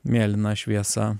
mėlyna šviesa